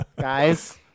Guys